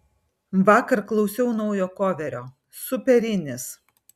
vakar klausiau naujo koverio superinis